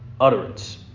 utterance